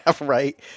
right